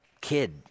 kid